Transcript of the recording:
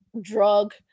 drug